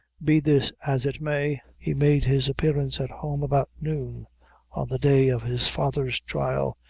be this as it may, he made his appearance at home about noon on the day of his father's trial,